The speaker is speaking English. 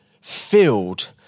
filled